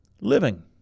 living